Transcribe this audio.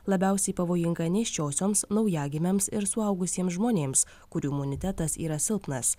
labiausiai pavojinga nėščiosioms naujagimiams ir suaugusiems žmonėms kurių imunitetas yra silpnas